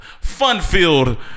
fun-filled